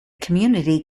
community